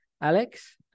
Alex